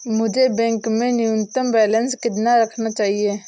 मुझे बैंक में न्यूनतम बैलेंस कितना रखना चाहिए?